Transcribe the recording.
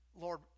Lord